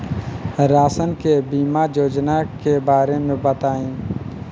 शासन के बीमा योजना के बारे में बताईं?